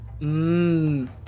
Mmm